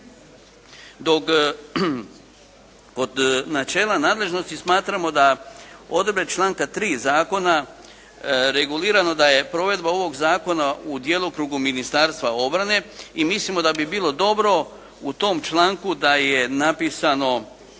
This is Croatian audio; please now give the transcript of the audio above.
dok kod načela nadležnosti smatramo da odredbe članka 3. zakona regulirano daje provedba ovog zakona u djelokrugu Ministarstva obrane i mislimo da bi bilo dobro u tom članku da je napisano